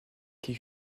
qui